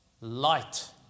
light